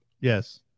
Yes